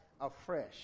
afresh